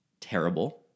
terrible